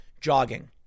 jogging